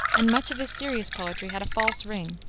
and much of his serious poetry has a false ring.